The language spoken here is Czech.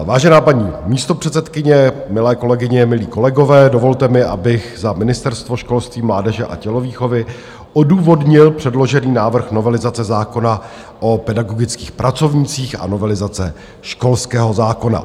Vážená paní místopředsedkyně, milé kolegyně, milí kolegové, dovolte mi, abych za Ministerstvo školství, mládeže a tělovýchovy odůvodnil předložený návrh novelizace zákona o pedagogických pracovnících a novelizace školského zákona.